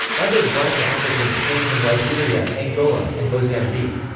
other black africans came from liberia, angola, and mozambique.